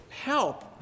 help